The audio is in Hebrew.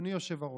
אדוני היושב-ראש,